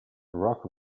rock